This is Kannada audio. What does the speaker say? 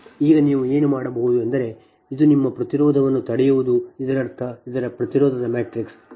ಈಗ ನೀವು ಏನು ಮಾಡಬಹುದು ಎಂದರೆ ಇದು ನಿಮ್ಮ ಪ್ರತಿರೋಧವನ್ನು ಪಡೆಯುವುದು ಇದರರ್ಥ ಇದರ ಪ್ರತಿರೋಧದ ಮ್ಯಾಟ್ರಿಕ್ಸ್